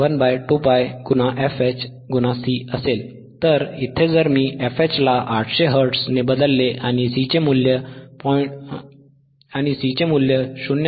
तर इथे जर मी fH ला 800 हर्ट्झ ने बदलले आणि C चे मूल्य 0